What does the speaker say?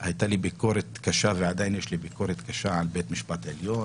הייתה לי ביקורת קשה ועדיין יש לי ביקורת קשה על בית המשפט העליון,